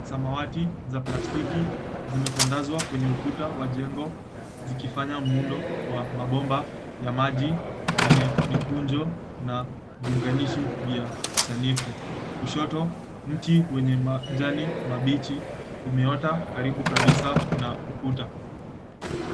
samawati za plastiki zimetandazwa kwenye ukuta wa jengo zikifanya muundo wa mabomba ya maji wenye mikunjo na viunganishi vya kisanifu. Kushoto mti wenye majani mabichi umeota karibu kabisa na ukuta.